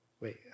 Wait